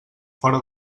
fora